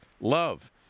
love